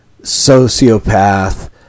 sociopath